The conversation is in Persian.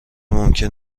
ممکن